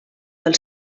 del